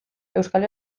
euskal